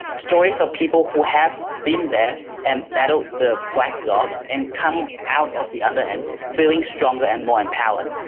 stories of people who have been there and battled the black dog and come out of the other end feeling stronger and more empowered.